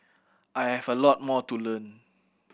I have a lot more to learn